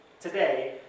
today